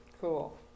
Cool